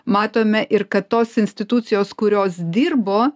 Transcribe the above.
matome ir kad tos institucijos kurios dirbo